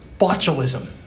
botulism